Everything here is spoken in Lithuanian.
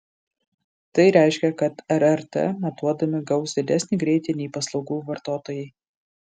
tai reiškia kad rrt matuodami gaus didesnį greitį nei paslaugų vartotojai